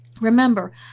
remember